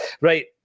Right